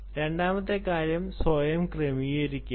രണ്ടാമത്തെ കാര്യം സ്വയം ക്രമീകരിക്കുകയാണ്